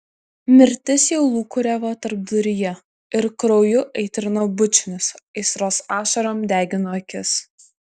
mirtis jau lūkuriavo tarpduryje ir krauju aitrino bučinius aistros ašarom degino akis